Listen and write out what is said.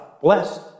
Blessed